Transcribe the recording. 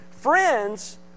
Friends